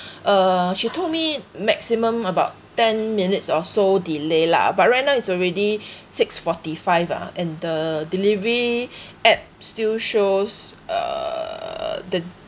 uh she told me maximum about ten minutes or so delay lah but right now it's already six forty five ah and the delivery app still shows uh the